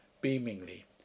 beamingly